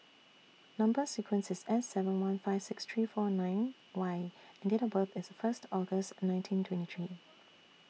Number sequence IS S seven one five six three four nine Y and Date of birth IS First August nineteen twenty three